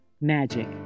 Magic